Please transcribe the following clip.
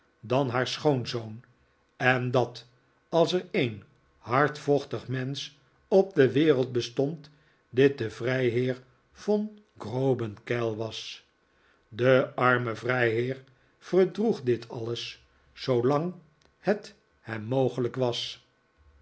dan haar schoonzoon en dat als er een hardvochtig mensch op de wereld bestond dit de vrijheer von grobenkeil was de arme vrijheer verdroeg dit alles zoolang het hem mogelijk was